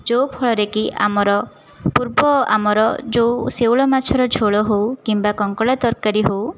ଯେଉଁ ଫଳରେ କି ଆମର ପୂର୍ବ ଆମର ଯେଉଁ ଶେଉଳ ମାଛର ଝୋଳ ହେଉ କିମ୍ବା କଙ୍କଡ଼ା ତରକାରୀ ହେଉ